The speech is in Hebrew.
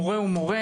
מורה הוא מורה,